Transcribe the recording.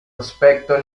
aspecto